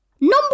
Number